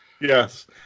Yes